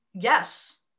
Yes